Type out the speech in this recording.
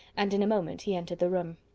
and in a moment he entered the room.